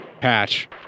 patch